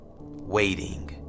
Waiting